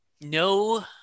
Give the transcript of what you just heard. No